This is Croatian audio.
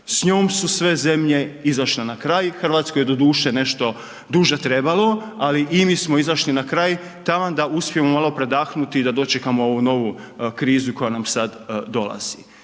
s njom su sve zemlje izašle na kraj, Hrvatskoj je doduše nešto duže trebalo ali i mi smo izašli na kraj, taman da uspijemo malo predahnuti i da dočekamo ovu novu krizu koja nam sad dolazi.